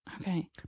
Okay